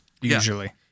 usually